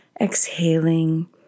exhaling